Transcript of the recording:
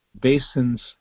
basins